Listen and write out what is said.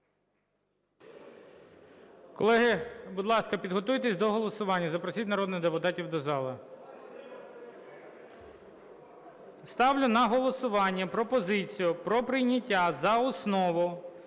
Колеги, будь ласка, підготуйтесь до голосування. Запросіть народних депутатів до зали. Ставлю на голосування пропозицію про прийняття за основу